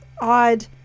odd